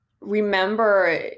remember